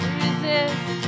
resist